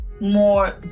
more